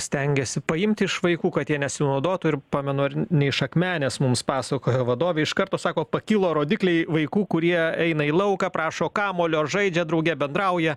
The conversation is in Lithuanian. stengiasi paimti iš vaikų kad jie nesinaudotų ir pamenu ar ne iš akmenės mums pasakojo vadovė iš karto sako pakilo rodikliai vaikų kurie eina į lauką prašo kamuolio žaidžia drauge bendrauja